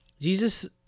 Jesus